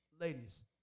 Ladies